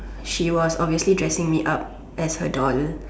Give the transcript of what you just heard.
she was obviously dressing me up as her doll